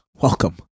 Welcome